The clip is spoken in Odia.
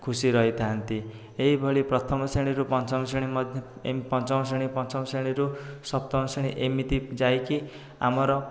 ଖୁସି ରହିଥାନ୍ତି ଏହିଭଳି ପ୍ରଥମ ଶ୍ରେଣୀରୁ ପଞ୍ଚମ ଶ୍ରେଣୀ ମଧ୍ୟ ପଞ୍ଚମ ପଞ୍ଚମ ଶ୍ରେଣୀରୁ ସପ୍ତମ ଶ୍ରେଣୀ ଏମିତି ଯାଇକି ଆମର